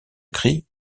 cri